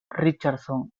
richardson